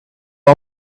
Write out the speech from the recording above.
ich